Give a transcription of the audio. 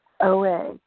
OA